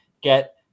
get –